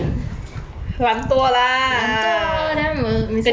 懒惰 then m~ 每次跟我